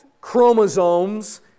chromosomes